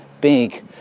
big